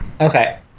Okay